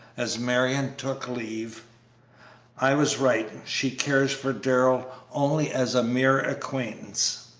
as marion took leave i was right she cares for darrell only as a mere acquaintance.